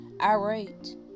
irate